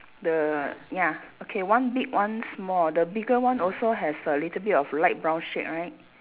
the ya okay one big one small the bigger one also has a little bit of light brown shade right